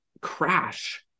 crash